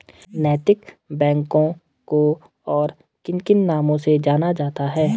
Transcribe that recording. नैतिक बैंकों को और किन किन नामों से जाना जाता है?